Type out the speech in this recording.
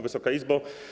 Wysoka Izbo!